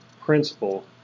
principle